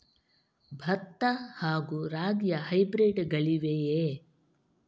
ಭತ್ತ ಹಾಗೂ ರಾಗಿಯ ಹೈಬ್ರಿಡ್ ಗಳಿವೆಯೇ?